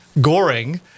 Goring